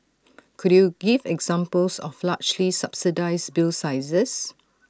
could you give examples of large lee subsidised bill sizes